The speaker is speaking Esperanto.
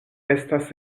estas